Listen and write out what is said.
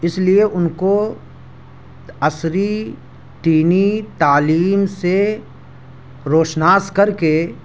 اس لیے ان کو عصری دینی تعلیم سے روشناس کر کے